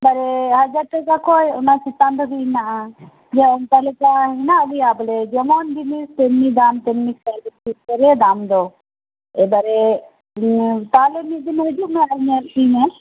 ᱦᱟᱡᱟᱨ ᱴᱟᱠᱟ ᱠᱷᱚᱱ ᱚᱱᱟ ᱪᱮᱛᱟᱱ ᱨᱮᱜᱮ ᱦᱮᱱᱟᱜᱼᱟ ᱡᱮ ᱚᱱᱠᱟ ᱞᱮᱠᱟ ᱦᱮᱱᱟᱜ ᱜᱮᱭᱟ ᱵᱚᱞᱮ ᱡᱮᱢᱚᱱ ᱡᱤᱱᱤᱥ ᱛᱮᱢᱱᱤ ᱫᱟᱢ ᱛᱮᱢᱱᱤ ᱠᱳᱣᱟᱞᱤᱴᱤ ᱩᱯᱚᱨ ᱜᱮ ᱫᱟᱢ ᱫᱚ ᱮᱵᱟᱨᱮ ᱛᱟᱦᱚᱞᱮ ᱢᱤᱫ ᱫᱤᱱ ᱦᱤᱡᱩᱜ ᱢᱮ ᱟᱨ ᱧᱮᱞ ᱤᱫᱤᱢᱮ